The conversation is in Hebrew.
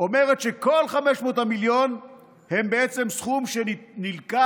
אומרת שכל 500 המיליון הם בעצם סכום שנלקח